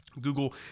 Google